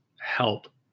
help